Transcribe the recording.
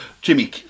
Jimmy